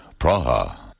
Praha